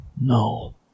No